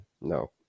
No